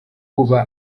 kuba